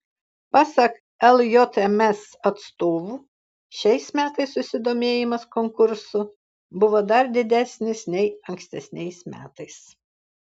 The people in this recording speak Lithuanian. pasak ljms atstovų šiais metais susidomėjimas konkursu buvo dar didesnis nei ankstesniais metais